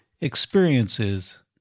experiences